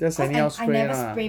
just anyhow spray lah